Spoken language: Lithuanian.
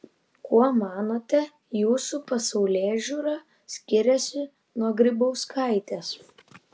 kuo manote jūsų pasaulėžiūra skiriasi nuo grybauskaitės